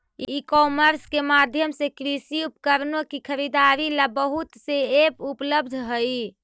ई commerce के माध्यम से कृषि उपकरणों की खरीदारी ला बहुत से ऐप उपलब्ध हई